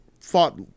fought